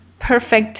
perfect